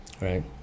Right